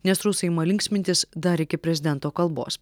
nes rusai ima linksmintis dar iki prezidento kalbos